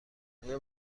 آیا